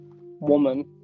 woman